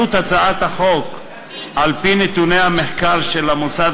עלות הצעת החוק על-פי נתוני מינהל המחקר של המוסד